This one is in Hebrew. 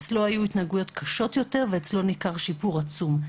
אצלו היו התנהגויות קשות יותר ואצלו ניכר שיפור עצום.